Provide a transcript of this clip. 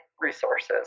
resources